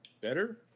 Better